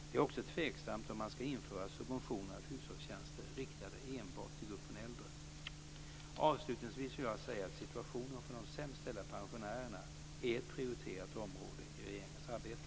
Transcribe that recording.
Det är också tveksamt om man ska införa subventioner av hushållstjänster riktade enbart till gruppen äldre. Avslutningsvis vill jag säga att situationen för de sämst ställda pensionärerna är ett prioriterat område i regeringens arbete.